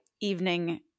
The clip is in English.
evening